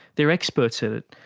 they are experts in it,